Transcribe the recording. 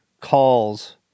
calls